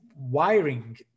Wiring